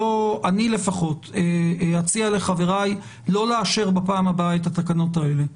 אני לפחות אציע לחבריי לא לאשר בפעם הבאה את התקנות האלה.